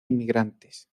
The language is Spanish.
inmigrantes